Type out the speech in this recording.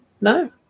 No